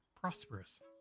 prosperous